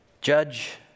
Judge